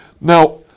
Now